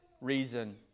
reason